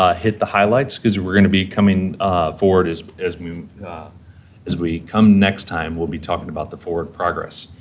ah hit the highlights because we're going to be coming forward as as we as we come next time, we'll be talking about the forward progress.